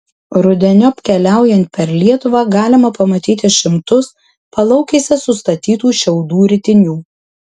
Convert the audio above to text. rudeniop keliaujant per lietuvą galima pamatyti šimtus palaukėse sustatytų šiaudų ritinių